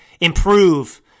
improve